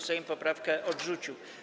Sejm poprawkę odrzucił.